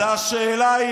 השאלה היא,